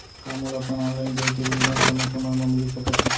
का मोला अपन ऑनलाइन देय के विवरण समय समय म मिलिस सकत हे?